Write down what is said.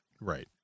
Right